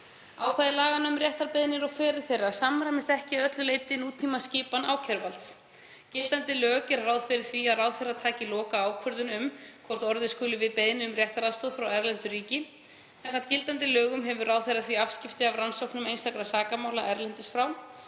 Ákvæði laganna um réttarbeiðnir og feril þeirra samræmist ekki að öllu leyti nútímaskipan ákæruvalds. Gildandi lög gera ráð fyrir því að ráðherra taki lokaákvörðun um hvort orðið skuli við beiðni um réttaraðstoð frá erlendu ríki. Samkvæmt gildandi lögum hefur ráðherra því afskipti af rannsóknum einstakra sakamála að